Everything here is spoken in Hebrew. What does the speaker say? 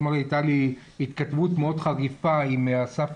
אתמול הייתה לי התכתבות מאוד חריפה עם אסף